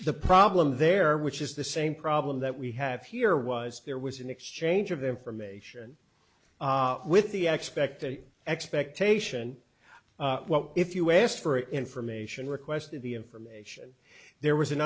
the problem there which is the same problem that we have here was there was an exchange of information with the expectation expectation if you asked for information requested the information there was an